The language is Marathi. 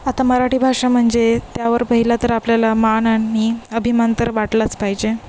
आता मराठी भाषा म्हणजे त्यावर पहिलं तर आपल्याला मान आणि अभिमान तर वाटलाच पाहिजे